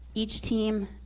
each team